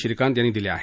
श्रीकांत यांनी दिले आहेत